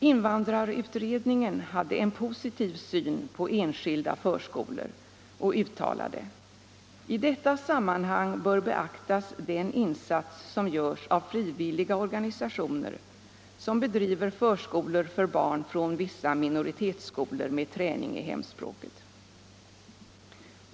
Invandrarutredningen hade en positiv syn på enskilda förskolor och uttalade: I detta sammanhang bör beaktas den insats som görs av frivilliga organisationer som bedriver förskolor för barn från vissa minoritetsskolor med träning i hemspråket.